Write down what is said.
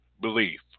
belief